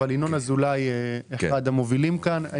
אבל ינון אזולאי הוא אחד המובילים כאן.